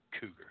cougar